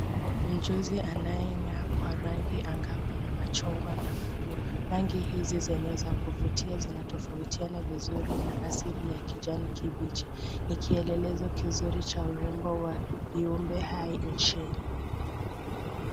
Mchuzi anayengaa kwa rangi angavu na machungwa na buluu, rangi hizi zenye za kuvutia zinatofautiana vizuri na asili ya kijani kibichi. Ni kielelezo kizuri cha urembo wa kiumbe hai nchini.